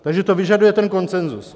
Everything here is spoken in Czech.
Takže to vyžaduje ten konsenzus.